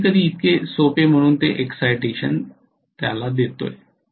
मी कधीकधी इतके सोपे म्हणून ते एक्साईटेशन देतो